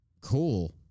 Cool